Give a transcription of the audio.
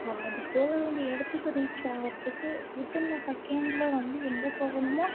so அது போக வேண்டிய இடத்துக்கு ரீச் ஆகிறத்துக்கு வித் இன் எ செகண்ட்டில் வந்து எங்கே போகணுமோ